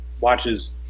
watches